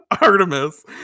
artemis